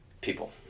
people